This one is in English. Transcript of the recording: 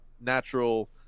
natural